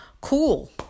cool